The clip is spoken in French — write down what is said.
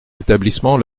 l’établissement